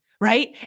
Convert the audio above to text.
right